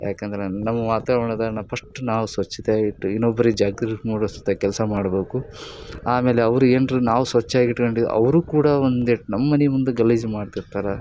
ಯಾಕಂದ್ರೆ ನಮ್ಮ ವಾತಾವರ್ಣದಾಗೆ ನಾವು ಫಸ್ಟ್ ನಾವು ಸ್ವಚ್ಛತೆಯಾಗಿ ಇಟ್ಟು ಇನ್ನೊಬ್ರಿಗೆ ಜಾಗೃತಿ ಮೂಡಿಸುತ್ತ ಕೆಲಸ ಮಾಡ್ಬೇಕು ಆಮೇಲೆ ಅವ್ರು ಏನ್ರ ನಾವು ಸ್ವಚ್ಛಾಗಿ ಇಟ್ಕಂಡಿದ್ರೆ ಅವರೂ ಕೂಡ ಒಂದೇಟು ನಮ್ಮ ಮನೆ ಮುಂದೆ ಗಲೀಜು ಮಾಡ್ತಿರ್ತಾರೆ